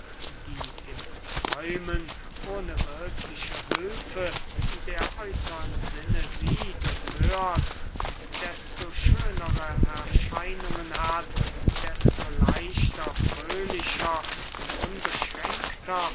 die im träumen ohne wirkliche hülfe der äußern sinne sieht und hört und desto schönere erscheinungen hat desto leichter fröhlicher und unbeschränkter